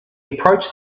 approached